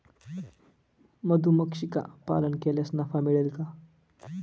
मधुमक्षिका पालन केल्यास नफा मिळेल का?